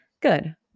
Good